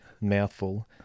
mouthful